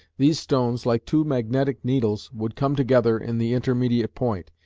these stones, like two magnetic needles, would come together in the intermediate point,